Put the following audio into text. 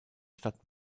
stadt